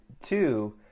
two